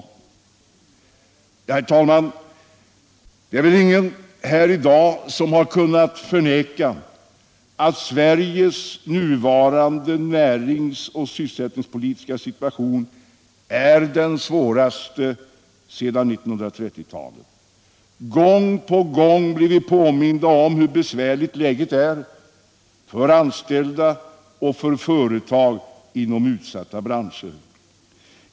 Herr talman! Ingen här i dag kan förneka att Sveriges nuvarande näringsoch sysselsättningspolitiska situation är den svåraste sedan 1930 talet. Gång på gång blir vi påminda om hur besvärligt läget är för anställda och för företag inom utsatta branscher.